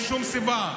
ואין שום סיבה,